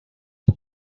are